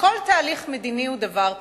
שכל תהליך מדיני הוא דבר טוב.